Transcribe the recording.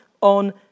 on